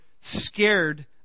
scared